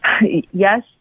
Yes